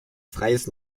freies